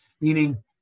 meaning